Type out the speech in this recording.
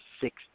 six